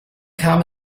kam